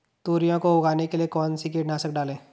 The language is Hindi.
तोरियां को उगाने के लिये कौन सी कीटनाशक डालें?